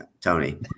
Tony